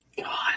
God